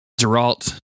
Geralt